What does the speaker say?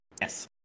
Yes